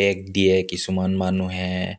বেগ দিয়ে কিছুমান মানুহে